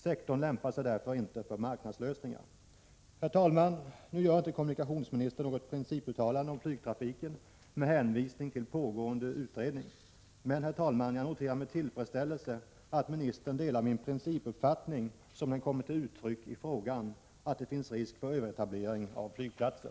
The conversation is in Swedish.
Sektorn lämpar sig därför inte för marknadslösningar. Herr talman! Nu gör inte kommunikationsministern något principuttalande om flygtrafiken med hänvisning till pågående utredning. Men, herr talman, jag noterar med tillfredsställelse att ministern delar min principuppfattning som den kommit till uttryck i frågan, nämligen att det finns risk för överetablering av flygplatser.